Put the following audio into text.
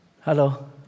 Hello